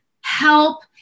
help